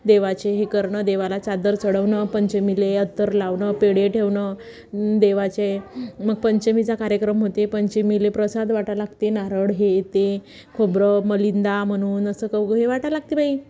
देवाचे हे करणं देवाला चादर चढवणं पंचमीले अत्तर लावणं पेढे ठेवणं देवाचे मग पंचमीचा कार्यक्रम होते पंचमीले प्रसाद वाटाय लागते नारळ हे ते खोबरं मलिंदा म्हणून असं काही हे वाटाव लागते बाई